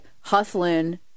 hustling